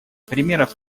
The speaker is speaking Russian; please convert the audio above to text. примеров